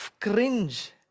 cringe